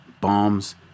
bombs